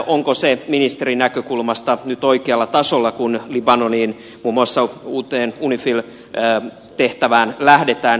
onko se ministerin näkökulmasta nyt oikealla tasolla kun libanoniin muun muassa uuteen unifil tehtävään lähdetään